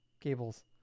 cables